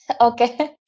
Okay